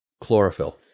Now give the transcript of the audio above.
Chlorophyll